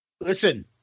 listen